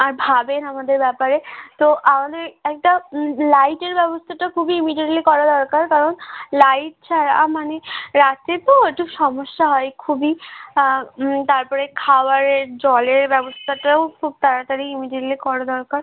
আর ভাবেন আমাদের ব্যাপারে তো আমাদের একটা লাইটের ব্যবস্থাটা খুবই ইমিডিয়েটলি করা দরকার কারণ লাইট ছাড়া মানে রাত্রে তো একটু সমস্যা হয় খুবই তারপরে খাবারের জলের ব্যবস্থা টাও খুব তাড়াতাড়ি ইমিডিয়েটলি করা দরকার